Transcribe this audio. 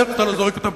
איך שאתה לא זורק אותם,